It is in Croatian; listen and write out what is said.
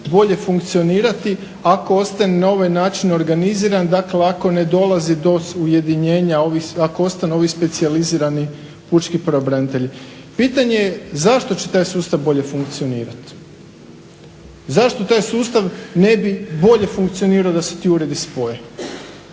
bolje funkcionirati ako ostane na ovaj način organiziran, dakle ako ne dolazi do ujedinjenja, ako ostanu ovi specijalizirani pučki pravobranitelji. Pitanje je zašto će taj sustav bolje funkcionirati? Zašto taj sustav ne bi bolje funkcionirao da se ti uredi spoje?